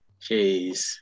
Jeez